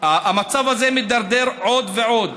המצב הזה מידרדר עוד ועוד.